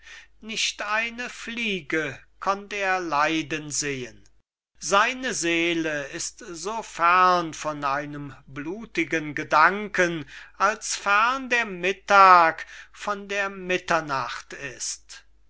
nicht eine fliege konnt er leiden sehen seine seele ist so fern von einem blutigen gedanken als fern der mittag von der mitternacht ist